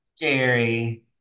Jerry